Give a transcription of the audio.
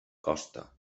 costa